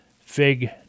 Fig